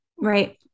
Right